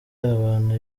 abantu